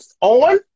on